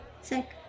sick